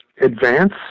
advance